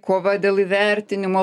kova dėl įvertinimo